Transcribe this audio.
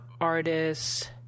artists